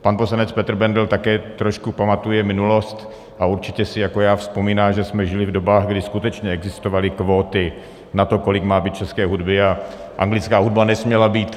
Pan poslanec Petr Bendl také trošku pamatuje minulost a určitě si jako já vzpomíná, že jsme žili v dobách, kdy skutečně existovaly kvóty na to, kolik má být české hudby, a anglická hudba nesměla být.